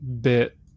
bit